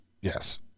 Yes